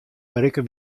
berikke